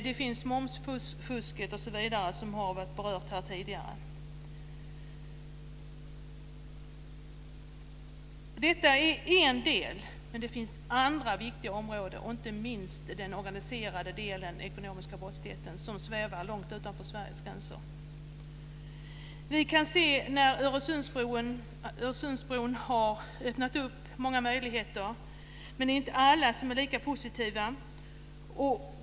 Det handlar om momsfusket osv., som har berörts här tidigare. Det här är en del, men det finns andra viktiga områden, inte minst den organiserade delen av den ekonomiska brottsligheten, som svävar långt utanför Sveriges gränser. Vi kan se att Öresundsbron har öppnat många möjligheter, men det är inte alla som är lika positiva.